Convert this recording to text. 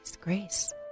grace